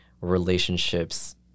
relationships